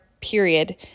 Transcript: Period